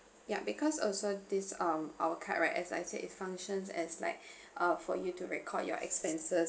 ya because also this um our card right as I said it functions as like uh for you to record your expenses